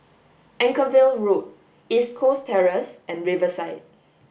Anchorvale Road East Coast Terrace and Riverside